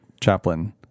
Chaplin